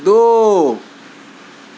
دو